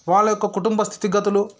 వాళ్ళ యొక్క కుటుంబ స్థితిగతులు